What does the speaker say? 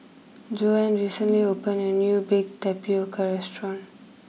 Joanne recently opened a new Baked Tapioca restaurant